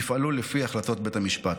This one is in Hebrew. יפעלו לפי החלטות בית המשפט.